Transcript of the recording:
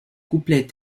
couplets